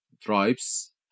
tribes